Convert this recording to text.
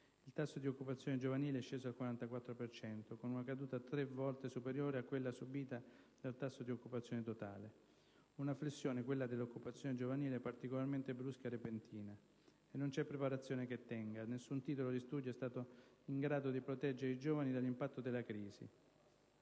Il tasso di occupazione giovanile è sceso al 44 per cento, con una caduta tre volte superiore a quella subita dal tasso di occupazione totale. Una flessione, quella dell'occupazione giovanile, particolarmente brusca e repentina. E non c'è preparazione che tenga: nessun titolo di studio è stato in grado di proteggere i giovani dall'impatto della crisi.